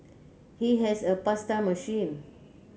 he has a pasta machine